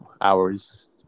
hours